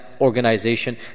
organization